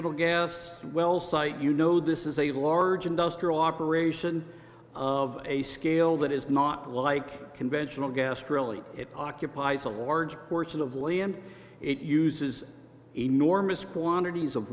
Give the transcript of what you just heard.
dimensional gas well site you know this is a large industrial operation of a scale that is not like conventional gas drilling it occupies a large portion of land it uses enormous quantities of